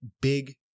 big